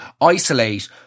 isolate